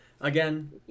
Again